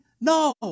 No